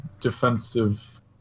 defensive